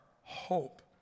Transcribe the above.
hope